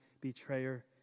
betrayer